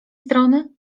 strony